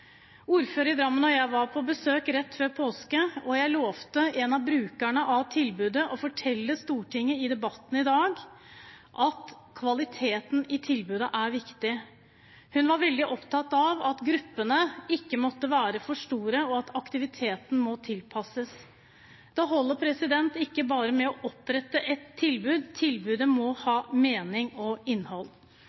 Drammen og jeg var på besøk rett før påske, og jeg lovte en av brukerne av tilbudet å fortelle Stortinget i debatten i dag at kvaliteten på tilbudet er viktig. Hun var veldig opptatt av at gruppene ikke måtte være for store, og at aktiviteten må tilpasses. Det holder ikke bare å opprette et tilbud – tilbudet må ha mening og innhold.